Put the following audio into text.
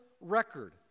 record